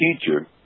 teacher